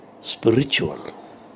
spiritual